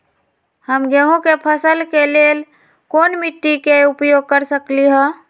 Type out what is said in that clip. हम गेंहू के फसल के लेल कोन मिट्टी के उपयोग कर सकली ह?